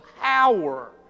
power